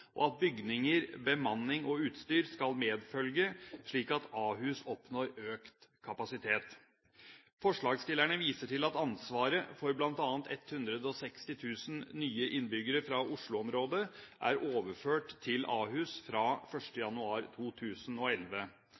og at bygninger, bemanning og utstyr skal medfølge, slik at Ahus oppnår økt kapasitet. Forslagsstillerne viser til at ansvaret for bl.a. 160 000 nye innbyggere fra Oslo-området er overført til Ahus fra 1. januar 2011,